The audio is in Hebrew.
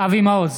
אבי מעוז,